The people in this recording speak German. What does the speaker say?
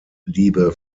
liebe